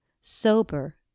sober